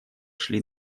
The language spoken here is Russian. шли